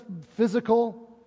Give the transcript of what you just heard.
physical